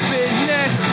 business